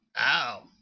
Ow